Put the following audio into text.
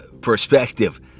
perspective